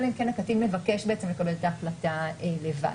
אלא אם כן הקטין מבקש לקבל את ההחלטה לבד.